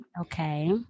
Okay